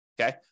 Okay